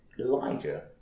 Elijah